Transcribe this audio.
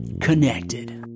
connected